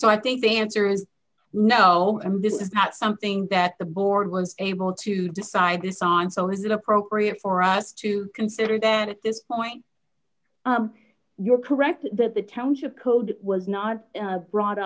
so i think the answer is no didn't pass something that the board was able to decide to song so is it appropriate for us to consider that at this point you're correct that the township code was not brought